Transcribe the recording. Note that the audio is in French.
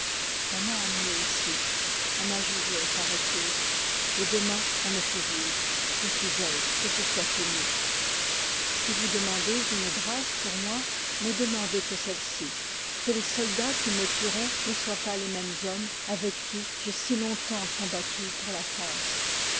on m'a amené ici on m'a jugé paraît-il et demain on me fusille je suis aise que ce soit fini si vous demandez une grâce pour moi ne demandez que celle-ci que les soldats qui me tueront ne soient pas les mêmes hommes avec qui j'ai si longtemps combattu pour la france